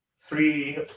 three